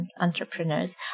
entrepreneurs